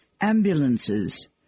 ambulances